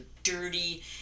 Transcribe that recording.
dirty